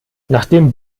nachdem